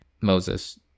Moses